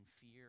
fear